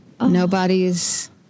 nobody's